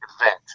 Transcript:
event